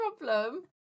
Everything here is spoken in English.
problem